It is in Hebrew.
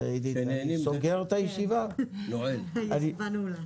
רבה, הישיבה נעולה.